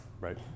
right